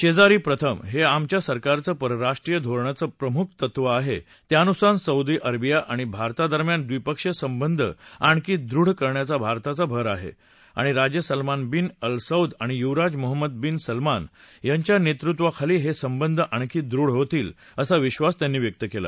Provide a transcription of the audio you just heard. शेजारीप्रथम हे आमच्या सरकारचं परराष्ट्रीय धोरणाचं प्रमुख तत्त्व आहे त्यानुसार सौदी अरेबिया आणि भारता दरम्यान द्विपक्षीय संबंध आणखी दृढ करण्यावर भारताचा भर आहे आणि राजे सलमान बिन अल सौद आणि युवराज मोहम्मद बिन सलमान यांच्या नेतृत्वाखाली हे संबंध आणखी दृढ होतील असा विधास त्यांनी व्यक्त केला